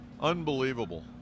Unbelievable